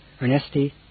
Ernesti